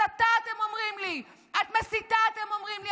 הסתה, אתם אומרים לי, את מסיתה, אתם אומרים לי.